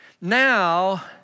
now